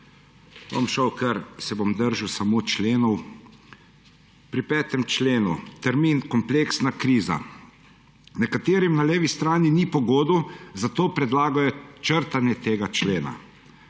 sejo. Se bom držal samo členov. Pri 5. členu termin kompleksna kriza. Nekaterim na levi strani ni pogodu, zato predlagajo črtanje tega člena.